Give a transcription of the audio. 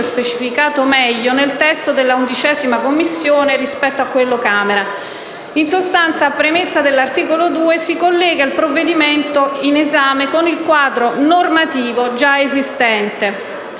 specificato meglio nel testo della 11a Commissione rispetto a quello Camera. In sostanza, a premessa dell'articolo 2, si collega il provvedimento in esame con il quadro normativo già esistente.